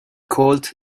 called